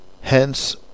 Hence